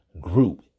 Group